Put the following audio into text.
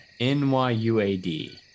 NYUAD